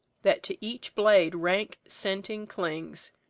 that to each blade rank scenting clings!